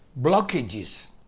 blockages